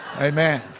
Amen